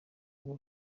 uba